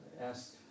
ask